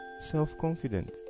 self-confident